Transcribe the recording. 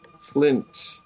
flint